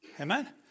amen